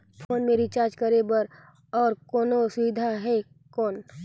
Phone मे recharge करे बर और कोनो सुविधा है कौन?